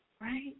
right